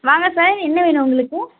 வாங்க சார் என்ன வேணும் உங்களுக்கு